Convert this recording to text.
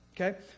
Okay